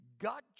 God